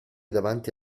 davanti